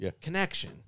connection